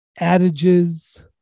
adages